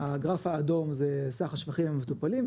הגרף האדום זה סך השפכים המטופלים,